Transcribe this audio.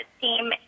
team